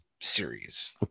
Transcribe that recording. series